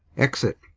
exit